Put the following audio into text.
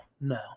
no